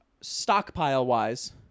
stockpile-wise